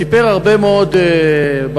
סיפר הרבה מאוד בעיות,